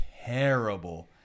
terrible